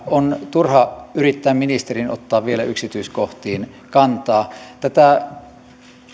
on turha yrittää ministerin ottaa vielä yksityiskohtiin kantaa tätä